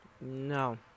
No